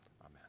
Amen